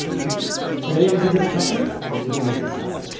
they do today, we visit a company where people make this happen